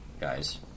guys